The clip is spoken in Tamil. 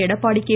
எடப்பாடி கே